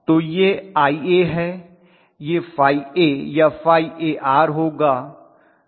तो यह Ia है यह Φa या Φar होगा